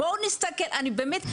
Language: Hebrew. אני באמת,